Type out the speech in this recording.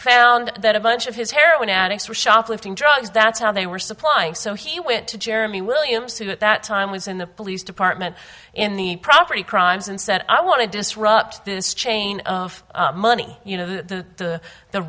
found that a bunch of his heroin addicts for shoplifting drugs that's how they were supplying so he went to jeremy williams who at that time was in the police department in the property crimes and said i want to disrupt this chain of money you know the the